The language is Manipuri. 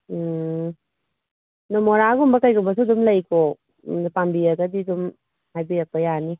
ꯑꯗꯣ ꯃꯣꯔꯥꯒꯨꯝꯕ ꯀꯩꯒꯨꯝꯕꯁꯨ ꯑꯗꯨꯝ ꯂꯩꯀꯣ ꯄꯥꯝꯕꯤꯔꯒꯗꯤ ꯑꯗꯨꯝ ꯍꯥꯏꯕꯤꯔꯛꯄ ꯌꯥꯅꯤ